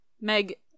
Meg